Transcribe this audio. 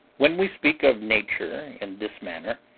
when we speak of nature in this manner,